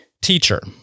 Teacher